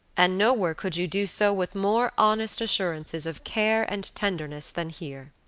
and nowhere could you do so with more honest assurances of care and tenderness than here.